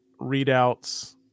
readouts